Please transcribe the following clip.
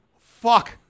fuck